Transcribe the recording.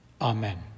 amen